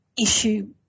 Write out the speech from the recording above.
issue